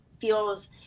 feels